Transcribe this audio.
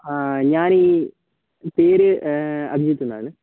ഞാനീ പേര് അഭിജിത്ത്ന്നാണ്